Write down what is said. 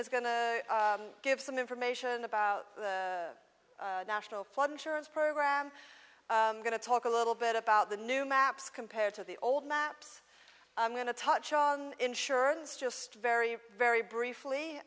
is going to give some information about the national flood insurance program going to talk a little bit about the new maps compared to the old maps i'm going to touch on insurance just very very briefly